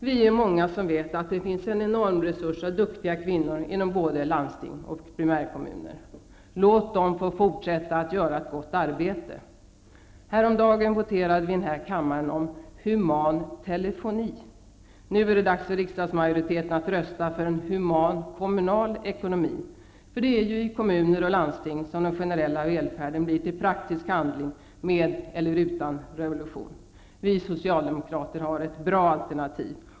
Vi är många som vet att det finns en enorm resurs av duktiga kvinnor inom både landsting och primärkommuner. Låt dem få fortsätta att göra ett gott arbete. Häromdagen voterade vi här i kammaren om ''human telefoni''. Nu är det dags för riksdagsmajoriteten att rösta för en human kommunal ekonomi. Det är i kommuner och landsting som den generella välfärden blir till praktisk handling, med eller utan revolution. Vi socialdemokrater har ett bra alternativ.